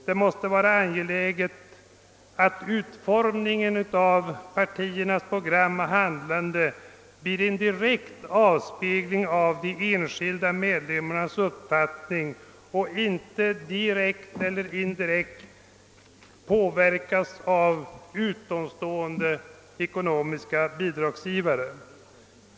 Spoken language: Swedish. Det måste vara angeläget att utformningen av partiernas program och handlande blir en direkt avspegling av de enskilda medlemmarnas uppfattning och inte direkt eller indirekt påverkas av utomstående bidragsgivare.